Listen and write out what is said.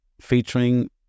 featuring